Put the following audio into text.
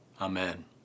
Amen